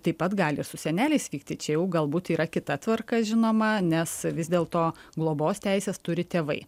taip pat gali su seneliais vykti čia galbūt yra kita tvarka žinoma nes vis dėl to globos teises turi tėvai